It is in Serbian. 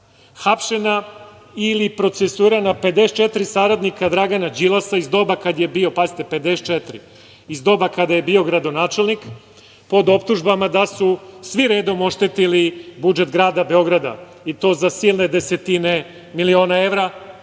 hapšena ili procesuirana 54 saradnika Dragana Đilasa iz doba kad je bio gradonačelnik, pazite 54, pod optužbama da su svi redom oštetili budžet grada Beograda i to za silne desetine miliona evra. Da